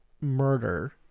murder